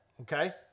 Okay